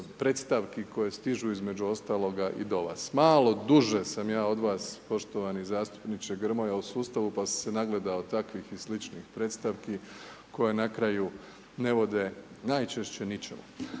predstavki koje stižu između ostaloga i do vas. Malo duže sam ja od vas poštovani zastupniče Grmoja u sustavu pa sam se nagledao takvih i sličnih predstavki koje na kraju ne vode najčešće ničemu.